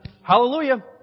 Hallelujah